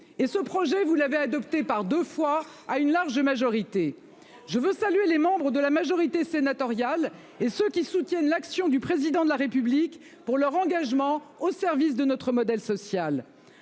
Ce projet, vous l'avez adopté par deux fois à une large majorité. C'est la méthode Coué ! À cet égard, je tiens à saluer les membres de la majorité sénatoriale et ceux qui soutiennent l'action du Président de la République pour leur engagement au service de notre modèle social.